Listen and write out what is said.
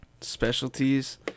specialties